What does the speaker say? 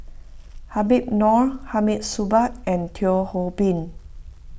Habib Noh Hamid Supaat and Teo Ho Pin